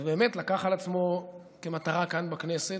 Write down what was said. ובאמת לקח על עצמו כמטרה כאן בכנסת.